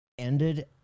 ended